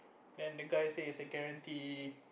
then the guy say it's a guarantee